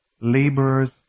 laborers